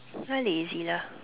lazy lah